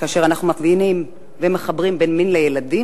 וכאשר אנחנו מחברים בין מין לילדים,